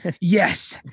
Yes